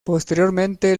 posteriormente